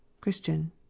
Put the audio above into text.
Christian